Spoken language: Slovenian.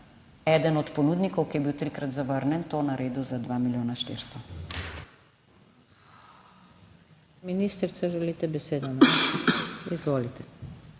eden od ponudnikov, ki je bil trikrat zavrnjen, to naredil za 2 milijona 400?